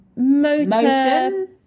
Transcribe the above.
Motor